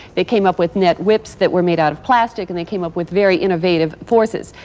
they came up with net whips that were made out of plastic and they came up with very innovative forces.